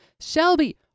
Shelby